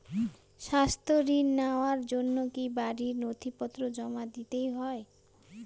স্বাস্থ্য ঋণ নেওয়ার জন্য কি বাড়ীর নথিপত্র জমা দিতেই হয়?